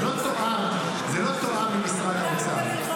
זה לא תואם עם משרד האוצר.